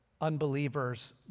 unbelievers